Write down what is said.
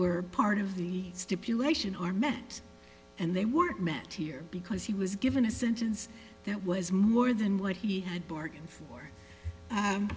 were part of the stipulation are met and they weren't met here because he was given a sentence that was more than what he had bargained for